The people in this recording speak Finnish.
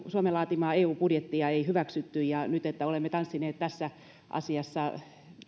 suomen laatimaa eun budjettia ei hyväksytty ja olemme nyt tanssineet tässä asiassa